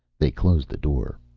they closed the door.